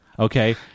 Okay